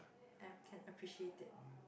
I can appreciate it